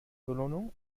belohnung